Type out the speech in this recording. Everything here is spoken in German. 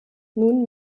nun